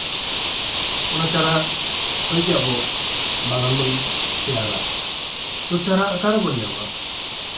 ᱚᱱᱟ ᱪᱟᱨᱟ ᱠᱷᱚᱡ ᱜᱮ ᱟᱵᱚ ᱵᱟᱜᱟᱱ ᱵᱚᱱ ᱛᱮᱭᱟᱨᱟ ᱛᱚ ᱪᱟᱨᱟ ᱚᱠᱟᱨᱮᱵᱚᱱ ᱧᱟᱢᱟ